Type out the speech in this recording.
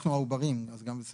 אנחנו העוברים, אז זה גם בסדר.